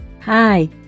Hi